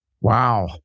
Wow